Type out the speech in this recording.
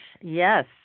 yes